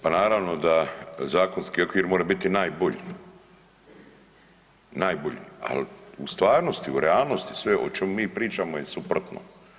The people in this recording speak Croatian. Pa naravno da zakonski okvir more biti najbolji, najbolji, ali u stvarnosti u realnosti sve o čemu mi pričamo je suprotno.